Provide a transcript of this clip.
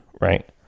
right